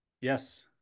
Yes